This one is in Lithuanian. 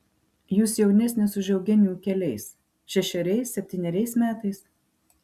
jūs jaunesnis už eugenijų keliais šešeriais septyneriais metais